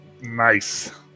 nice